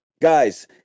Guys